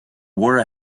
wore